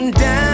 down